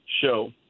show